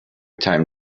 time